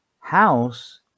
house